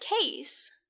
case